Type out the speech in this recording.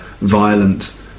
violent